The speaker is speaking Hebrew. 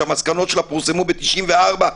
שהמסקנות שלה פורסמו ב-94',